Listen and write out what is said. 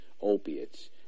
opiates